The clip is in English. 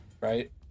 right